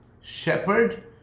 shepherd